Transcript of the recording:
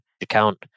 account